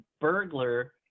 burglar